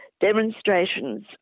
demonstrations